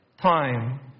time